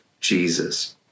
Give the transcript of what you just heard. Jesus